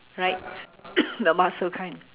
right the mussel kind